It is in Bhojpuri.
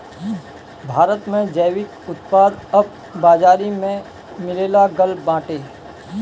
भारत में जैविक उत्पाद अब बाजारी में मिलेलागल बाटे